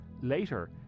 Later